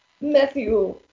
Matthew